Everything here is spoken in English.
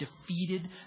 defeated